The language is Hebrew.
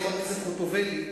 חברת הכנסת חוטובלי,